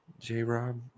J-Rob